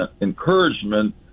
encouragement